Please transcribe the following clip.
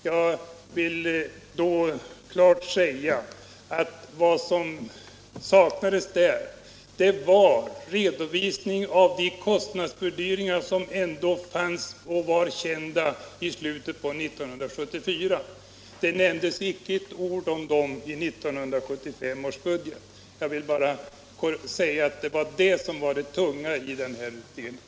Jag vill framhålla att vad som saknades där var redovisning av de kostnadsfördyringar som ändå förelåg och som av regeringen var kända i slutet av 1974. Det nämndes icke ett ord om dem i 1975 års budget. Det var det som var det tunga i den här delen av debatten.